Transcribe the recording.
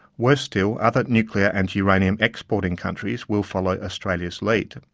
worse still, other nuclear and uranium exporting countries will follow australia's lead.